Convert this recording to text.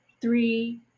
three